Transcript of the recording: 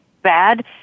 bad